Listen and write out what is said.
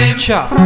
Chop